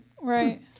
right